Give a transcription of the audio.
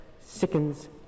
sickens